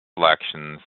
selections